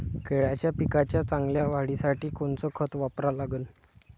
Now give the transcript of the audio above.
केळाच्या पिकाच्या चांगल्या वाढीसाठी कोनचं खत वापरा लागन?